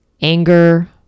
anger